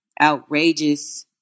outrageous